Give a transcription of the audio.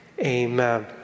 amen